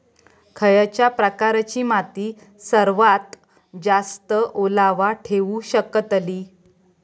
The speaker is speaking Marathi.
खयच्या प्रकारची माती सर्वात जास्त ओलावा ठेवू शकतली?